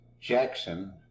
Jackson